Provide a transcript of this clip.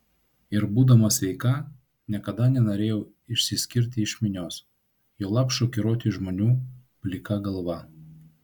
ir būdama sveika niekada nenorėjau išsiskirti iš minios juolab šokiruoti žmonių plika galva